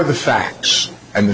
the facts and the